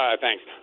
thanks